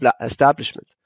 establishment